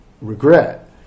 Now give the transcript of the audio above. regret